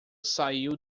saiu